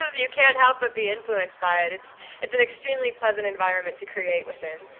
ah you can't help but be influenced by it. it's it's an extremely pleasant environment to create within.